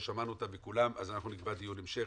לא שמענו אותם אז אנחנו נקבע דיון המשך.